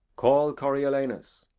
call coriolanus.